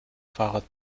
fahrrad